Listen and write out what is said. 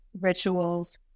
rituals